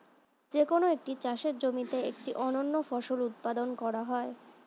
যে কোন একটি চাষের জমিতে একটি অনন্য ফসল উৎপাদন করা হয়